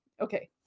Okay